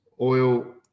oil